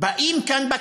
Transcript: באים כאן,